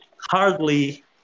hardly